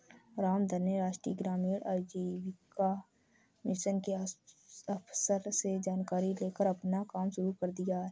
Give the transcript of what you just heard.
रामधन ने राष्ट्रीय ग्रामीण आजीविका मिशन के अफसर से जानकारी लेकर अपना कम शुरू कर दिया है